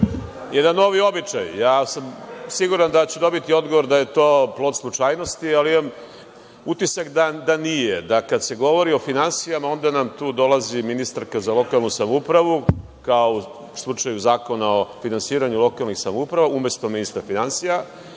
jedan novi običaj. Siguran sam da ću dobiti odgovor da je to plod slučajnosti, ali imam utisak da nije, da kad se govori o finansijama, onda nam tu dolazi ministarka za lokalnu samoupravu, kao u slučaju Zakona o finansiranju lokalnih samouprava, umesto ministar finansija,